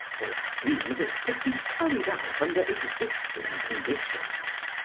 or a scheme that could be carried out under existing conditions.